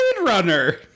Runner